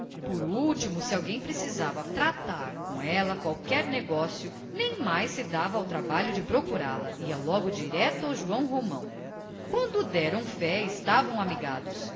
por último se alguém precisava tratar com ela qualquer negócio nem mais se dava ao trabalho de procurá-la ia logo direito a joão romão quando deram fé estavam amigados ele